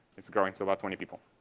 it's growing. so about twenty people.